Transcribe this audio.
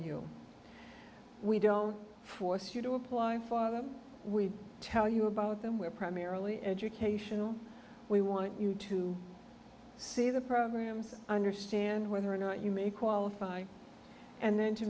you we don't force you to apply for them we tell you about them we're primarily educational we want you to see the programs understand whether or not you may qualify and then to